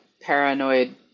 paranoid